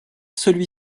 celui